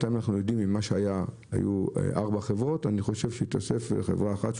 בינתיים אנחנו יודעים שהיו 4 חבורת ואני חושב שהתווספה חברה אחת,